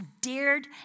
dared